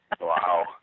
Wow